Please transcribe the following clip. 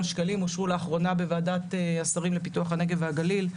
שקלים אושרו לאחרונה בוועדת השרים לפיתוח הנגב והגליל.